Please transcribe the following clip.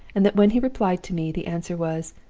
and that when he replied to me the answer was,